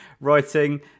writing